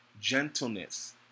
gentleness